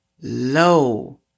low